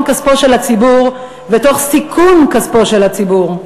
כספו של הציבור ותוך סיכון כספו של הציבור.